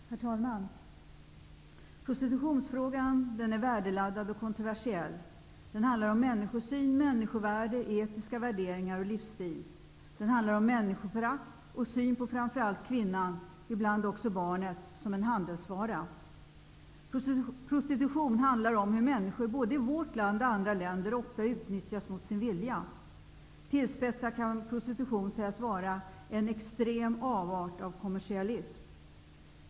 Herr talman! Prostitutionsfrågan är värdeladdad och kontroversiell. Den handlar om människosyn, människovärde, etiska värderingar och livsstil. Den handlar om människoförakt och en syn på framför allt kvinnan, ibland också barnet, som en handelsvara. Prostitution handlar om hur människor både i vårt land och andra länder ofta utnyttjas mot sin vilja. Tillspetsat kan prostitution sägas vara en extrem avart av kommersialism.